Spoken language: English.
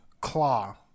Claw